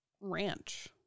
ranch